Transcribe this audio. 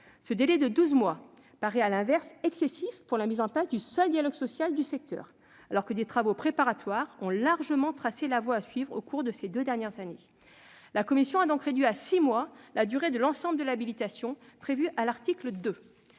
Ce délai de douze mois paraît à l'inverse excessif pour la mise en place du seul dialogue social de secteur, alors que des travaux préparatoires ont largement tracé la voie à suivre au cours des deux dernières années. La commission a donc réduit à six mois la durée de l'ensemble de l'habilitation prévue à l'article 2.